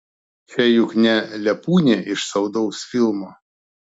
čia juk ne lepūnė iš saldaus filmo